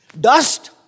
Dust